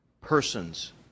Persons